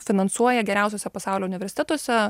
finansuoja geriausiuose pasaulio universitetuose